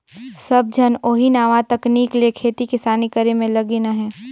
सब झन ओही नावा तकनीक ले खेती किसानी करे में लगिन अहें